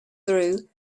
through